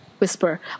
whisper